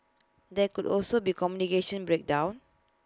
there could also be A communication breakdown